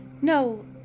No